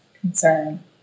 concern